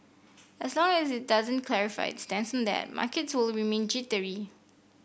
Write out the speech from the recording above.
as long as it doesn't clarify its stance that markets will remain jittery